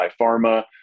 pharma